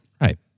Right